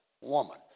woman